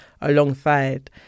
alongside